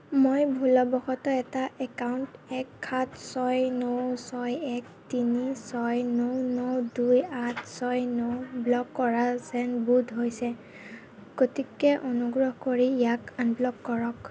মই ভুলবশতঃ এটা একাউণ্ট এক সাত ছয় ন ছয় এক তিনি ছয় ন ন দুই আঠ ছয় ন ব্লক কৰা যেন বোধ হৈছে গতিকে অনুগ্ৰহ কৰি ইয়াক আনব্লক কৰক